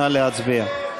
נא להצביע.